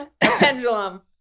Pendulum